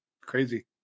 Crazy